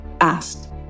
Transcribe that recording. asked